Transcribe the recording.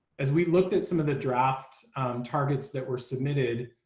as we looked at some of the draft targets that were submitted.